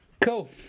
Cool